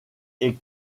est